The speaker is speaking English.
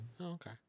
Okay